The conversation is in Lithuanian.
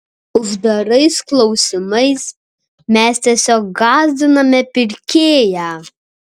uždarais klausimais mes tiesiog gąsdiname pirkėją